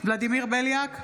ולדימיר בליאק,